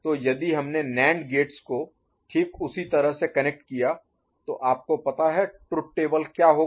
तो यदि हमने नैंड गेट्स को ठीक उसी तरह से कनेक्ट किया तो आपको पता है ट्रुथ टेबल क्या होगा